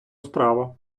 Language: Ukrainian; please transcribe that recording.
справа